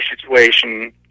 situation